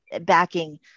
backing